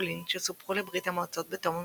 פולין שסופחו לברית המועצות בתום המלחמה.